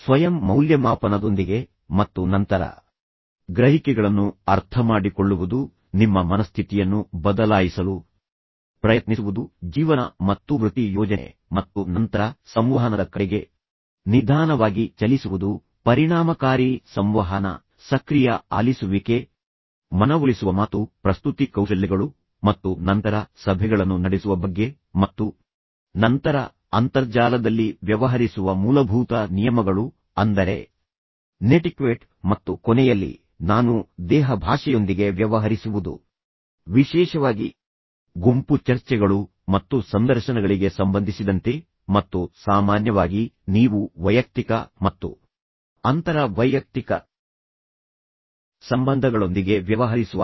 ಸ್ವಯಂ ಮೌಲ್ಯಮಾಪನದೊಂದಿಗೆ ಮತ್ತು ನಂತರ ಗ್ರಹಿಕೆಗಳನ್ನು ಅರ್ಥಮಾಡಿಕೊಳ್ಳುವುದು ನಿಮ್ಮ ಮನಸ್ಥಿತಿಯನ್ನು ಬದಲಾಯಿಸಲು ಪ್ರಯತ್ನಿಸುವುದು ನಿಮಗೆ ಪ್ರೇರಣೆಯ ಬಗ್ಗೆ ಏನನ್ನಾದರೂ ನೀಡುವುದು ಮತ್ತು ನಂತರ ಗುರಿ ನಿಗದಿಪಡಿಸುವಿಕೆ ಜೀವನ ಮತ್ತು ವೃತ್ತಿ ಯೋಜನೆ ಮತ್ತು ನಂತರ ಸಂವಹನದ ಕಡೆಗೆ ನಿಧಾನವಾಗಿ ಚಲಿಸುವುದು ಪರಿಣಾಮಕಾರಿ ಸಂವಹನ ಸಕ್ರಿಯ ಆಲಿಸುವಿಕೆ ಮನವೊಲಿಸುವ ಮಾತು ಪ್ರಸ್ತುತಿ ಕೌಶಲ್ಯಗಳು ಮತ್ತು ನಂತರ ಸಭೆಗಳನ್ನು ನಡೆಸುವ ಬಗ್ಗೆ ಮತ್ತು ನಂತರ ಅಂತರ್ಜಾಲದಲ್ಲಿ ವ್ಯವಹರಿಸುವ ಮೂಲಭೂತ ನಿಯಮಗಳು ಅಂದರೆ ನೆಟಿಕ್ವೆಟ್ ಮತ್ತು ಕೊನೆಯಲ್ಲಿ ನಾನು ದೇಹ ಭಾಷೆಯೊಂದಿಗೆ ವ್ಯವಹರಿಸುವುದು ವಿಶೇಷವಾಗಿ ಗುಂಪು ಚರ್ಚೆಗಳು ಮತ್ತು ಸಂದರ್ಶನಗಳಿಗೆ ಸಂಬಂಧಿಸಿದಂತೆ ಮತ್ತು ಸಾಮಾನ್ಯವಾಗಿ ನೀವು ವೈಯಕ್ತಿಕ ಮತ್ತು ಅಂತರ ವೈಯಕ್ತಿಕ ಸಂಬಂಧಗಳೊಂದಿಗೆ ವ್ಯವಹರಿಸುವಾಗ